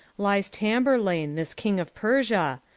lies tamburlaine, this king of persia,